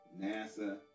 NASA